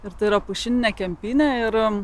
ir tai yra pušinė kempinė ir